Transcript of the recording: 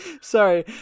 Sorry